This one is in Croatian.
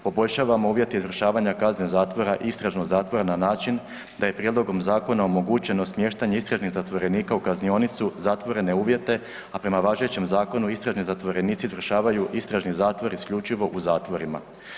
Poboljšavamo uvjete izvršavanja kazne zatvora i istražnog zatvora na način da je prijedlogom zakona omogućeno smještanje istražnih zatvorenika u kaznionicu zatvorene uvjete, a prema važećem zakonu istražni zatvorenici izvršavaju istražni zatvor isključivo u zatvorima.